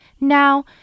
Now